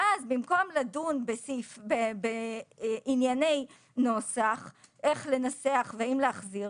ואז במקום לדון בענייני נוסח איך לנסח והאם להחזיר